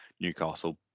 Newcastle